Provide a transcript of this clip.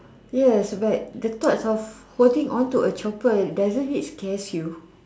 yes but the thoughts of holding on to a chopper doesn't it scares you